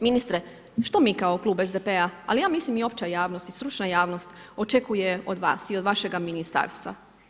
Ministre, što mi kao Klub SDP-a ali ja mislim i opća javnost i stručna javnost, očekuje od vas i od vašega ministarstva.